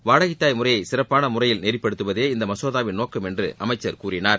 வாடகைத்தாய் முறையை சிறப்பான முறையில் நெறிப்படுத்துவதே இந்த மசோதாவின் நோக்கம் என்று அமைச்சர் கூறினார்